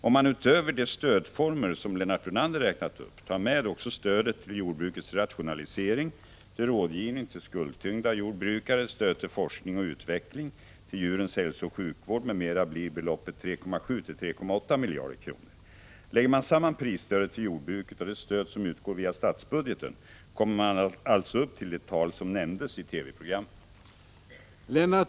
Om man -—- utöver de stödformer som Lennart Brunander räknat upp — tar med också stödet till jordbrukets rationalisering, till rådgivning, till skuldtyngda jordbrukare, stöd till forskning och utveckling, till djurens hälsooch sjukvård m.m., blir beloppet 3,7-3,8 miljarder kronor. Lägger man samman prisstödet till jordbruket och det stöd som utgår via statsbudgeten, kommer man alltså upp till de tal som nämndes i TV programmet.